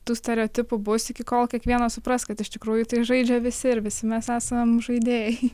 tų stereotipų bus iki kol kiekvienas supras kad iš tikrųjų tai žaidžia visi ir visi mes esam žaidėjai